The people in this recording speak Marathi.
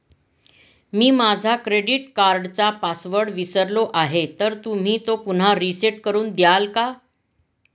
मी माझा क्रेडिट कार्डचा पासवर्ड विसरलो आहे तर तुम्ही तो पुन्हा रीसेट करून द्याल का?